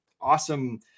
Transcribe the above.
awesome